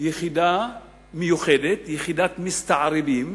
יחידה מיוחדת, יחידת מסתערבים,